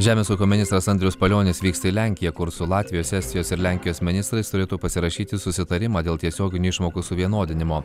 žemės ūkio ministras andrius palionis vyksta į lenkiją kur su latvijos estijos ir lenkijos ministrais turėtų pasirašyti susitarimą dėl tiesioginių išmokų suvienodinimo